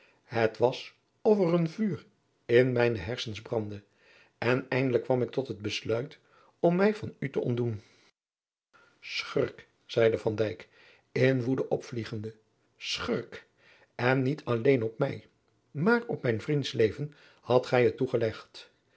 het was of er een vuur in mijne hersens brandde en eindelijk kwam ik tot het besluit om mij van u te ontdoen schurk zeide van dijk in woede opvliegende schurk en niet alleen op mij maar op mijn vriends leven hadt gij het toegelegd